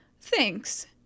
Thanks